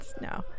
No